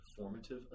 Formative